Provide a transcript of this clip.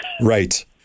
right